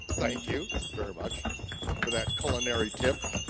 thank you very much for that culinary tip.